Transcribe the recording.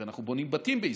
אנחנו בונים בתים בישראל,